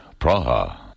Praha